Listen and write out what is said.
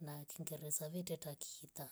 na kingereza vyote atakiita.